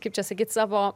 kaip čia sakyti savo